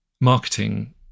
marketing